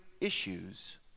issues